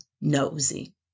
nosy